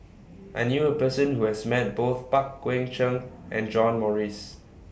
I knew A Person Who has Met Both Pang Guek Cheng and John Morrice